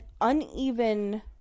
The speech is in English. uneven